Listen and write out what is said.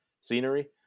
Scenery